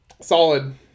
solid